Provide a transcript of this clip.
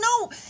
No